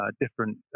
different